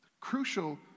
crucial